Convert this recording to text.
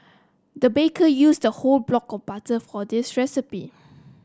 the baker used a whole block of butter for this recipe